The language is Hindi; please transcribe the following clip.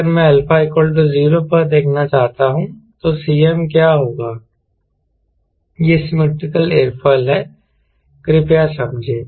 अगर मैं α 0 पर देखना चाहता हूं तो Cm क्या होगा यह सिमैट्रिकल एयरफॉयल है कृपया समझें